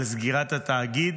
על סגירת התאגיד